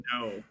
No